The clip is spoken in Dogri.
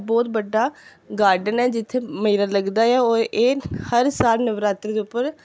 बहुत बड्डा गार्डन ऐ जित्थै मेला लगदा ऐ और एह् हर साल नवरात्रें दे उप्पर